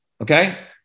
okay